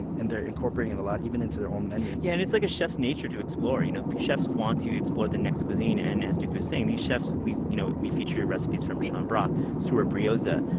and and they're incorporating it a lot, even into their own menus yeah and it's like a chef's nature to explore. you know chefs want to explore the next cuisine. and as deuki was saying, these chefs we you know we featured recipes from sean brock, stuart brioza,